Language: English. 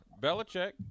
Belichick